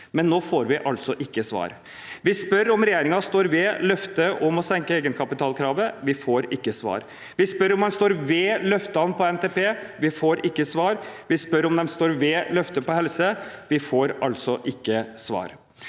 Men nå får vi ikke svar. Vi spør om regjeringen står ved løftet om å senke egenkapitalkravet – vi får ikke svar. Vi spør om den står ved løftene i forbindelse med NTP – vi får ikke svar. Vi spør om den står ved løftet på helseområdet – vi får ikke svar.